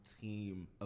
team